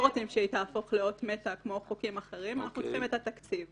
רוצים שהיא תהפוך לאות מתה כמו חוקים אחרים - אנחנו צריכים את התקציב.